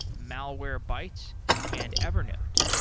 malwarebytes and evernote.